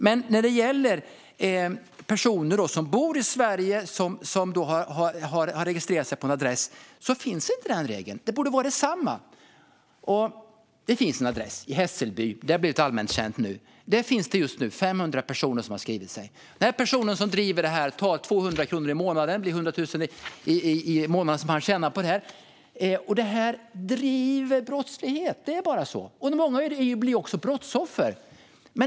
Men för personer som bor i Sverige som har registrerat sig på en adress finns inte den regeln. Det borde vara detsamma. Det finns en adress i Hässelby - det har blivit allmänt känt - där just nu 500 personer har skrivit sig. Personen som driver detta tar 200 kronor i månaden. Det blir 100 000 i månaden, som han tjänar på det. Detta driver brottslighet - det är bara så. Många blir också brottsoffer.